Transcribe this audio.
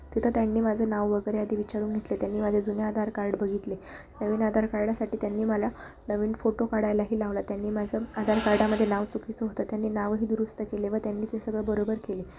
तिथं त्यांनी माझं नाव वगैरे आधी विचारून घेतले त्यांनी माझे जुने आधार कार्ड बघितले नवीन आधार कार्डासाठी त्यांनी मला नवीन फोटो काढायलाही लावला त्यांनी माझं आधार कार्डामध्ये नाव चुकीचं होतं त्यांनी नावही दुरुस्त केले व त्यांनी ते सगळं बरोबर केले